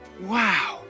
Wow